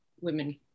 women